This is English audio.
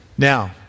Now